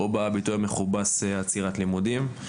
או בביטוי המכובס עצירת לימודים.